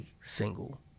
single